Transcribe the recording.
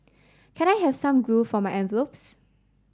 can I have some glue for my envelopes